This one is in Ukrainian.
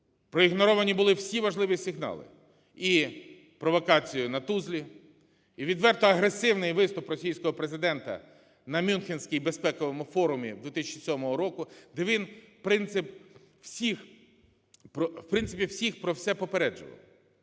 Проігноровані були всі важливі сигнали: і провокація на Тузлі; і відверто агресивний виступ російського президента на Мюнхенському безпековому форумі 2007 року, де він, в принципі, всіх про все попереджував;